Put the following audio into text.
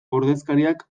ordezkariak